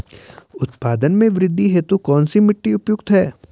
उत्पादन में वृद्धि हेतु कौन सी मिट्टी उपयुक्त है?